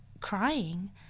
crying